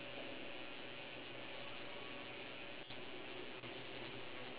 choose two foods to live off of for the rest of your lives